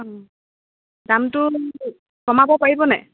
দামটো কমাব পাৰিব নাই